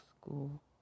school